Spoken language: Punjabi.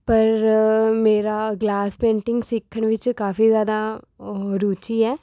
ਪਰ ਮੇਰਾ ਗਲਾਸ ਪੇਂਟਿੰਗ ਸਿੱਖਣ ਵਿੱਚ ਕਾਫ਼ੀ ਜ਼ਿਆਦਾ ਉਹ ਰੁਚੀ ਹੈ